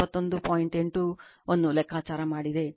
8 ವನ್ನು ಲೆಕ್ಕಾಚಾರ ಮಾಡಿದೆ